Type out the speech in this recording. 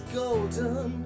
golden